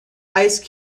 ice